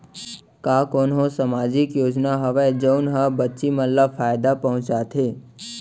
का कोनहो सामाजिक योजना हावय जऊन हा बच्ची मन ला फायेदा पहुचाथे?